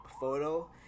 photo